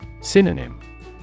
Synonym